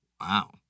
Wow